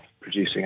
producing